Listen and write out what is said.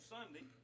Sunday